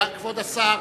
כבוד השר.